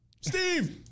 Steve